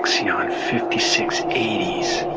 zeon fifty six eighty s